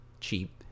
cheap